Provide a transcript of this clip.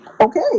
okay